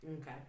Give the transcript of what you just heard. Okay